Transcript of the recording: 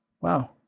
Wow